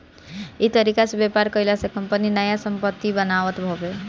इ तरीका से व्यापार कईला से कंपनी नया संपत्ति बनावत हवे